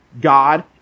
God